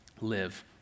live